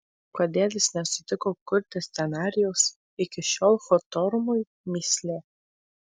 kodėl jis nesutiko kurti scenarijaus iki šiol hotornui mįslė